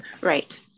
Right